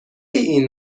این